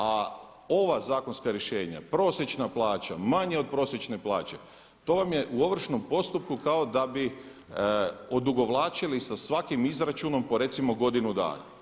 A ova zakonska rješenja prosječna plaća, manje od prosječne plaće to vam je u ovršnom postupku kao da bi odugovlačili sa svakim izračunom po recimo godinu dana.